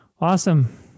Awesome